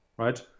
Right